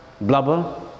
blubber